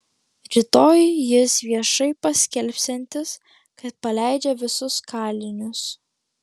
rytoj jis viešai paskelbsiantis kad paleidžia visus kalinius